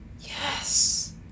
Yes